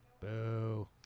Boo